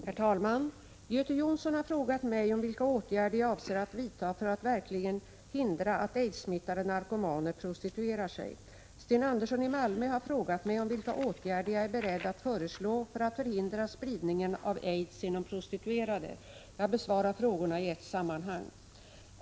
Herr talman! Göte Jonsson har frågat mig om vilka åtgärder jag avser att vidta för att verkligen hindra att aidssmittade narkomaner prostituerar sig. Sten Andersson i Malmö har frågat mig om vilka åtgärder jag är beredd att föreslå för att förhindra spridningen av aids genom prostituerade. Jag besvarar frågorna i ett sammanhang.